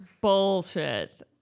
Bullshit